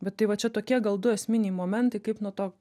bet tai va čia tokie gal du esminiai momentai kaip nuo to